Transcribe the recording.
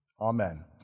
Amen